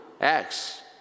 acts